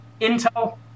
intel